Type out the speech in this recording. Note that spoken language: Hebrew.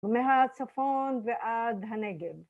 ומהר הצפון ועד הנגב